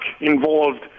involved